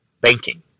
banking